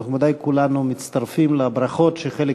אנחנו בוודאי כולנו מצטרפים לברכות שחלק